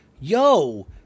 yo